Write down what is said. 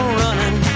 running